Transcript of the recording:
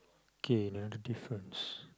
K another difference